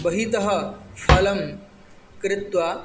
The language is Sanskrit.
बहितः फलं क्रीत्वा